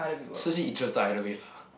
Su-Jin interested either way lah